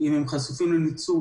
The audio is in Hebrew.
אם הם חשופים לניצול,